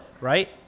Right